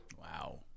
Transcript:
Wow